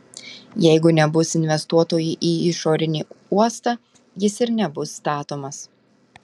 jeigu nebus investuotojų į išorinį uostą jis ir nebus statomas